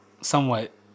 somewhat